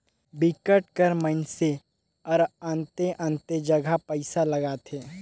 बिकट कर मइनसे हरअन्ते अन्ते जगहा पइसा लगाथे